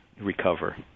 recover